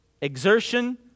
exertion